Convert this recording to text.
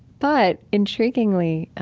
but, intriguingly,